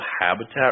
habitat